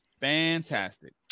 fantastic